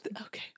Okay